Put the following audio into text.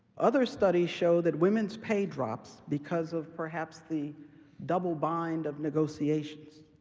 other studies show that women's pay drops because of perhaps the double-bind of negotiations.